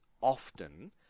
often